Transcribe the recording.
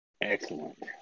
Excellent